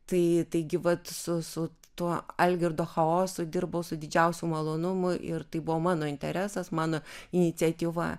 tai taigi vat su su tuo algirdo chaosu dirbau su didžiausiu malonumu ir tai buvo mano interesas mano iniciatyva